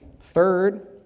Third